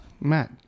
Matt